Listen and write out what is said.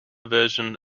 version